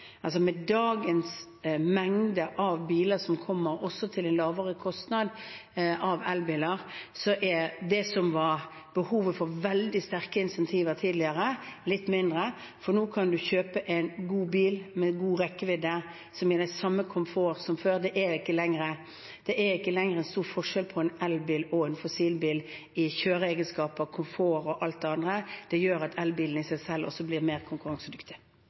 mengde av elbiler som kommer til en lavere kostnad, er behovet for veldig sterke insentiver, som var tidligere, litt mindre, for nå kan man kjøpe en god bil med god rekkevidde og med samme komfort som før. Det er ikke lenger stor forskjell på en elbil og en fossilbil i kjøreegenskaper, komfort og alt det andre. Det gjør at elbilene i seg selv også blir mer